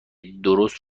درست